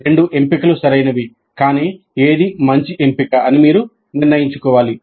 రెండు ఎంపికలు సరైనవి కానీ ఏది మంచి ఎంపిక అని మీరు నిర్ణయించుకోవాలి